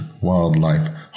wildlife